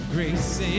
Grace